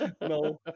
No